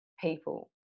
people